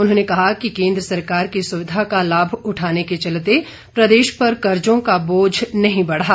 उन्होंने कहा कि केंद्र सरकार की सुविधा का लाभ उठाने के चलते प्रदेश पर कर्जो का बोझ नहीं बढ़ा